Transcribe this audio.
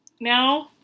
Now